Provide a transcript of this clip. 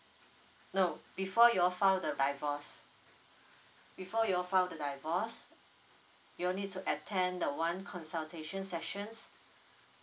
no before you file divorce before you divorce you need to attend one consultation sections